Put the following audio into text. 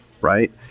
right